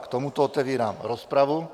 K tomuto otevírám rozpravu.